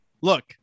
Look